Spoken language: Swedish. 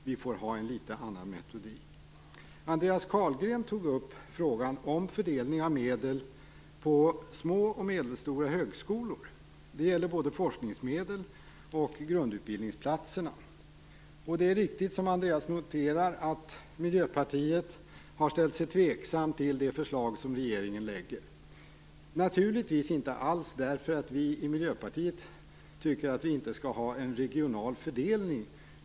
Vi får ha en litet annorlunda metodik. Andreas Carlgren tog upp frågan om fördelning av medel till små och medelstora högskolor. Det gäller både forskningsmedel och grundutbildningsplatser. Det är riktigt som Andreas Carlgren noterar, att vi i Miljöpartiet har ställt oss tveksamma till det förslag som regeringen lägger fram. Anledningen till det är naturligtvis inte att vi tycker att man inte skall ha en regional fördelning.